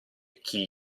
chi